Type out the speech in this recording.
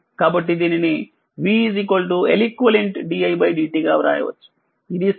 కాబట్టి దీనిని v Leq didt గా వ్రాయవచ్చు